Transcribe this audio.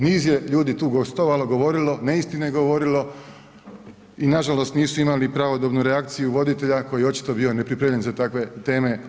Niz je ljudi tu gostovalo, govorilo, neistine govorilo i nažalost nisu imali pravodobnu reakciju voditelja koji je očito bio nepripremljen za takve teme.